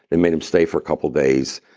they made him stay for a couple days,